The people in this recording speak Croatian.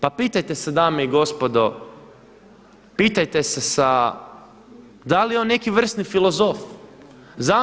Pa pitajte se dame i gospodo, pitajte se da li je on neki vrsni filozof?